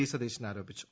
D Satheesan ആരോപിച്ചു